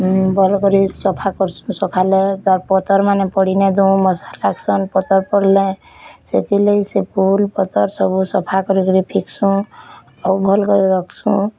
ଭଲକରି ସଫା କର୍ସୁଁ ସଫା ହେଲେ ତାର୍ ପତର୍ ମାନେ ପୋଡ଼ି ନେଇ ଦଉ ମଶା ଲାଗ୍ସନ୍ ପତର୍ ପୋଡ଼ିଲେ ସେଥର୍ ଲାଗି ସେ ଫୁଲ୍ ପତର୍ ସବୁ ସଫାକରି କିରି ଫିକ୍ସୁ ଆଉ ଭଲ୍ କରି ରଖ୍ସୁଁ